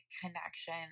connection